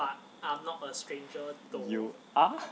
you are